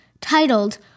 titled